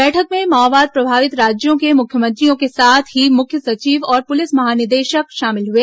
बैठक में माओवाद प्रभावित राज्यों के मुख्यमंत्रियों के साथ ही मुख्य सचिव और पुलिस महानिदेशक शामिल हुए